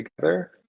together